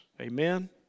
Amen